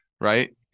right